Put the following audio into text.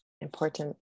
Important